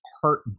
hurt